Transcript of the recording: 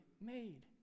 made